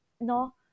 no